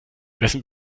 wessen